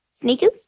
Sneakers